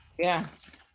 Yes